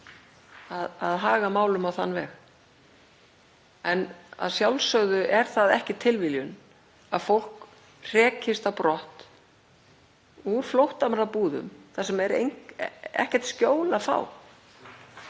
að haga málum á þann veg. En að sjálfsögðu er það ekki tilviljun að fólk hrekist á brott úr flóttamannabúðum þar sem ekkert skjól er að fá.